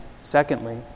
secondly